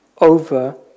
over